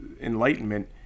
enlightenment